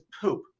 poop